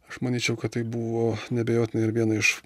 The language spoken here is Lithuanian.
aš manyčiau kad tai buvo neabejotinai ir viena iš